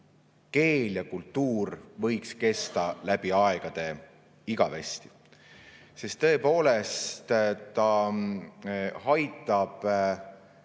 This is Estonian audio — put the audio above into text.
keel ja kultuur võiks kesta läbi aegade, igavesti. Sest tõepoolest, ta aitab